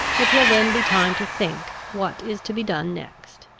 it will then be time to think what is to be done next.